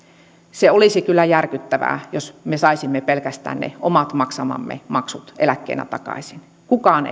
se olisi kyllä järkyttävää jos me saisimme pelkästään ne omat maksamamme maksut eläkkeenä takaisin kukaan ei